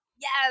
yes